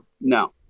No